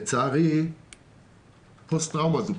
לצערי פוסט טראומה היא פציעה,